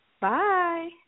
Bye